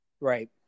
Right